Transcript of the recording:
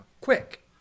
Quick